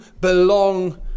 belong